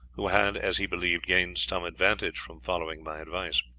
who had, as he believed, gained some advantage from following my advice.